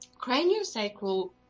craniosacral